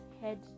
head